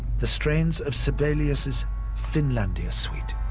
the strains of sibelius' finlandia suite.